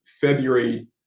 February